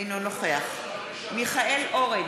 אינו נוכח מיכאל אורן,